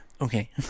Okay